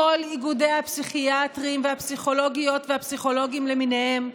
כל איגודי הפסיכיאטרים והפסיכולוגיות והפסיכולוגים למיניהם,